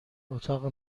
اتاق